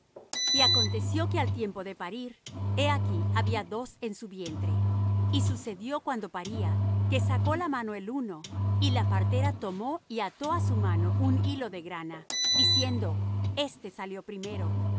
y aconteció que al tiempo del parir he aquí había dos en su vientre y sucedió cuando paría que sacó la mano el uno y la partera tomó y ató á su mano un hilo de grana diciendo este salió primero